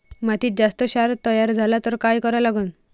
मातीत जास्त क्षार तयार झाला तर काय करा लागन?